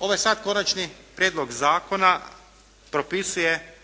Ovaj sad konačni prijedlog zakona propisuje